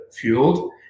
fueled